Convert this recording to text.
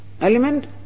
element